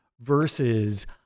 versus